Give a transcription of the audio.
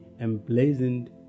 emblazoned